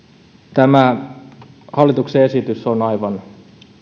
tämä hallituksen esitys on aivan